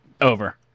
Over